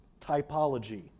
typology